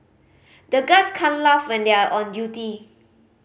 the guards can't laugh when they are on duty